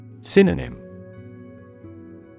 Synonym